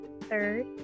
third